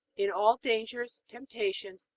in all dangers, temptations,